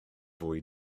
fwy